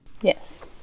yes